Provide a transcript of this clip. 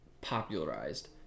popularized